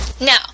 Now